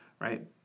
Right